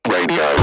Radio